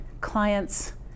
clients